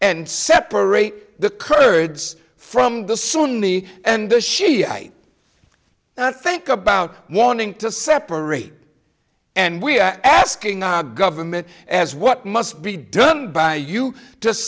and separate the kurds from the sunni and the shia i think about wanting to separate and we are asking our government as what must be done by you